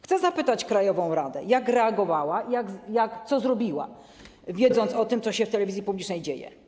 Chcę zapytać krajową radę, jak reagowała, co zrobiła, wiedząc o tym, co się w telewizji publicznej dzieje.